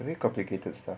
very complicated stuff